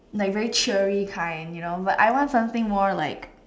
like very cheery kind you know but I want something more like